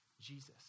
Jesus